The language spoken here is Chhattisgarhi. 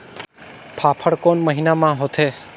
फाफण कोन महीना म होथे?